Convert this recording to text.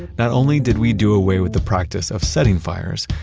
not only did we do away with the practice of setting fires,